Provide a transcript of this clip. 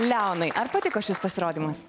leonai ar patiko šis pasirodymas